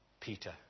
Peter